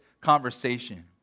conversation